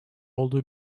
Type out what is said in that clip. olduğu